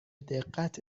دقت